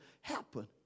happen